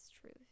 truth